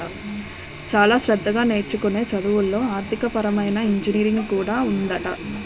చాలా శ్రద్ధగా నేర్చుకునే చదువుల్లో ఆర్థికపరమైన ఇంజనీరింగ్ కూడా ఉందట